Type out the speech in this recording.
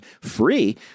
free